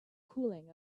cooling